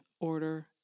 order